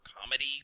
comedy